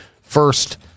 first